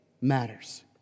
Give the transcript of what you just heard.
matters